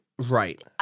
Right